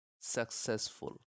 successful